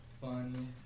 fun